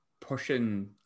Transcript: pushing